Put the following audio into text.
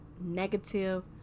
negative